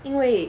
因为